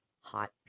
hot